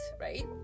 right